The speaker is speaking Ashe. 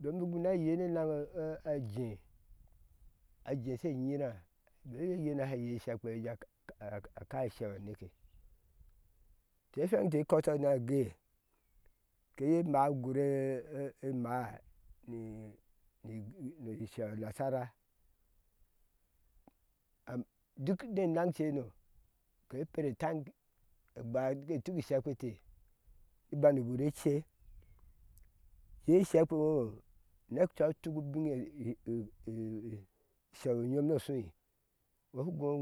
don biki na yei ne naŋe aajɛɛ a jɛɛ she nyira gɔi iyenɛ sha yei ishekpe ye a a ka isheu aneke te fweŋ te kɔtɔ na géeé ke móó ugur emáá ni i i. sheu a nasara am duk ne naŋ ceno keper taŋ agba bike tuk ishekpete ni bani wurece yei shekpe ŋo nek cau tuk sheu nyom no shoi ŋo shuɣu